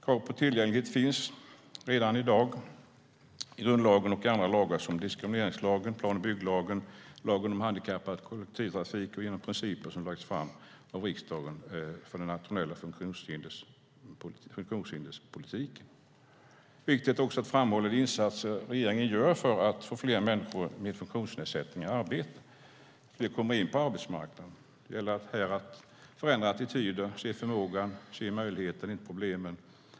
Krav på tillgänglighet finns redan i dag i grundlagen och andra lagar som diskrimineringslagen, plan och bygglagen, lagen om handikappanpassad kollektivtrafik och genom principer som lagts fram av riksdagen för den nationella funktionshinderspolitiken. Viktigt är också att framhålla de insatser regeringen gör för att få fler människor med funktionsnedsättning i arbete, in på arbetsmarknaden. Det gäller att förändra attityder och att se förmågan och möjligheter i stället för problem.